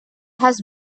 has